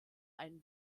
einen